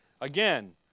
Again